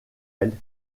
elle